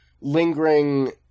lingering